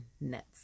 nuts